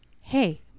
hey